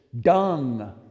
Dung